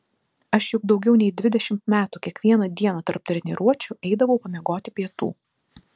aš juk daugiau nei dvidešimt metų kiekvieną dieną tarp treniruočių eidavau pamiegoti pietų